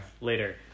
later